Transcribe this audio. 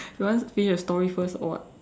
you want finish the story first or what